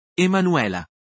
Emanuela